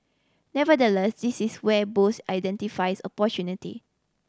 nevertheless this is where Bose identifies opportunity